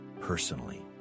personally